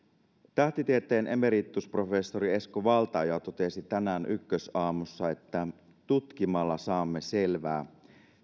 tähtitieteen emeritusprofessori esko valtaoja totesi tänään ykkösaamussa että tutkimalla saamme selvää